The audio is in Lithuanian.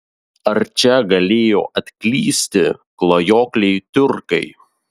ar čia galėjo atklysti klajokliai tiurkai